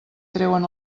treuen